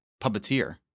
puppeteer